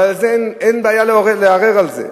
אבל אין בעיה לערער על זה.